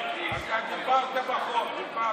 אני אמרתי לגנץ: אתה לא מתבייש?